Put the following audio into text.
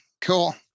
Cool